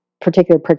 Particular